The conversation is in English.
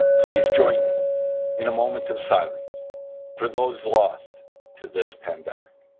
please join me in a moment of silence for those lost to this pandemic.